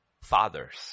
fathers